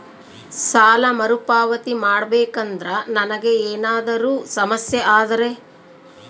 ಸಾಲ ಮರುಪಾವತಿ ಮಾಡಬೇಕಂದ್ರ ನನಗೆ ಏನಾದರೂ ಸಮಸ್ಯೆ ಆದರೆ?